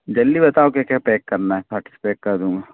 जल्दी बताओ क्या क्या पैक करना है फट से पैक कर दूँगा